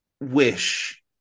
wish